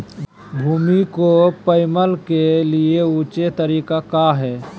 भूमि को मैपल के लिए ऊंचे तरीका काया है?